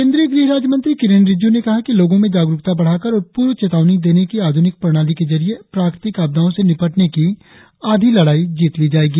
केंद्रीय गृह राज्यमंत्री किरेन रिजिज् ने कहा है कि लोगों में जागरुकता बढ़ाकर और पूर्व चेतावनी देने की आधुनिक प्रणाली के जरिये प्राकृतिक आपदाओं से निपटने की आधी लड़ाई जीत ली जाएगी